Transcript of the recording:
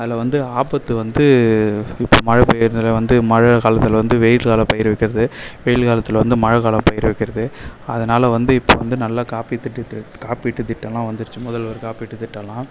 அதில் வந்து ஆபத்து வந்து இப்போ மழை பெய்யுறது வந்து மழை காலத்தில் வந்து வெயில்கால பயிறு வைக்கிறது வெயில் காலத்தில் வந்து மழைகால பயிறு வைக்கிறது அதனால வந்து இப்போ வந்து நல்ல காப்பீடு திட்டத்துக்கு காப்பீடு திட்டம்லாம் வந்துடுச்சு முதல்வர் காப்பீட்டு திட்டம்லாம்